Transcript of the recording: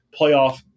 playoff